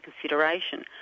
consideration